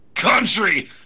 country